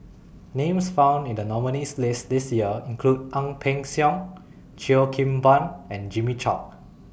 Names found in The nominees' list This Year include Ang Peng Siong Cheo Kim Ban and Jimmy Chok